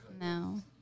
No